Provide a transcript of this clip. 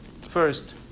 first